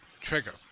Trigger